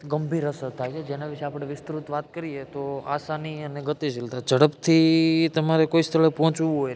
ગંભીર અસર થાય છે જેના વિશે આપણે વિસ્તૃત વાત કરીએ તો આસાની અને ગતિશીલતા ઝડપથી તમારે કોઈ સ્થળે પહોંચવું હોય રેડી